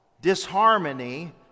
disharmony